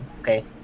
okay